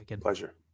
Pleasure